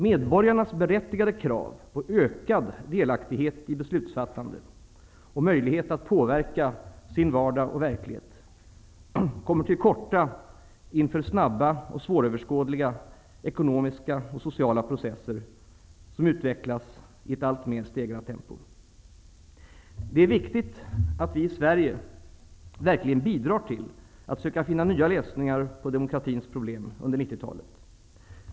Medborgarnas berättigade krav på ökad delaktighet i beslutsfattandet och möjlighet att påverka sin vardag och verklighet kommer till korta inför snabba och svåröverskådliga ekonomiska och sociala processer, som utvecklas i ett alltmer stegrat tempo. Det är viktigt att vi i Sverige verkligen bidrar till att söka finna nya lösningar på demokratins problem under 90-talet.